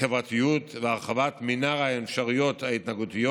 חברתיות והרחבת מנעד האפשרויות ההתנהגותיות